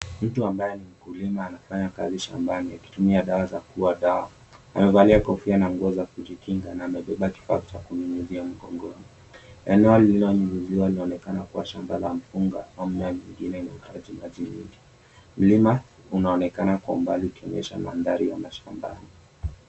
Mtu ambaye ni mkulima anafanya kazi shambani akitumia dawa za kuua dawa. Amevalia kofia na nguo za kujikinga na amebeba kifaa cha kunyunyizia mgongoni. Eneo lililonyunyuziwa linaonekana kuwa shamba la mpunga au mmea mwingine unaohitaji maji mingi. Mlima unaonekana kwa mbali ukionyesha maandhari ya mashambani.